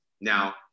Now